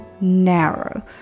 narrow